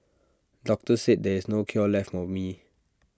doctors said there is no cure left for me